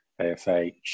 AFH